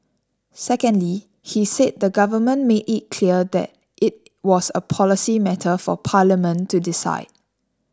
secondly he said the Government made it clear that it was a policy matter for Parliament to decide